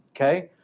Okay